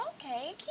Okay